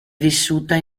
vissuta